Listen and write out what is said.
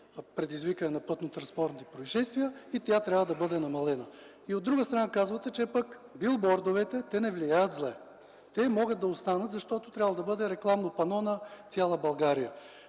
предизвикване на пътно-транспортни произшествия, затова трябва да бъде намалена. От друга страна, казвате, че билбордовете не влияят зле, че те трябва да останат, защото трябва да бъдат рекламно пано на цяла България.